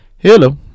hello